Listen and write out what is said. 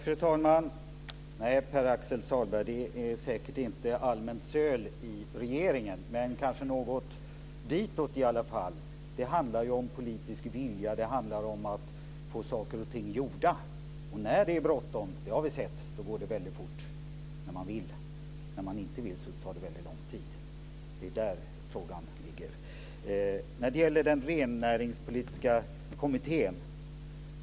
Fru talman! Nej, Pär-Axel Sahlberg. Det är säkert inte allmänt söl i regeringen, men kanske något ditåt. Det handlar om politisk vilja, och det handlar om att få saker och ting gjorda. Vi har sett att det går fort när det är bråttom - när man vill. När man inte vill tar det lång tid. Det är där frågan ligger.